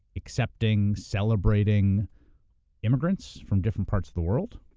accepting, celebrating immigrants from different parts of the world.